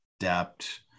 adapt